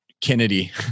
Kennedy